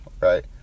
Right